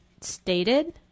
stated